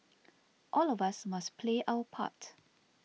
all of us must play our part